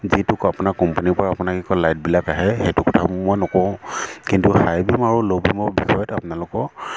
যিটোক আপোনাৰ কোম্পানীৰ পৰা আপোনাক লাইটবিলাক আহে সেইটো কথা মই নকওঁ কিন্তু হাই বিম আৰু ল' বিমৰ বিষয়ত আপোনালোকৰ